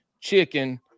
chicken